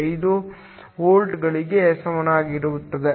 475 ವೋಲ್ಟ್ಗಳಿಗೆ ಸಮಾನವಾಗಿರುತ್ತದೆ